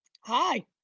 Hi